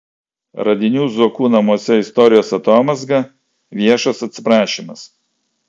radinių zuokų namuose istorijos atomazga viešas atsiprašymas